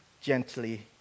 gently